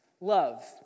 Love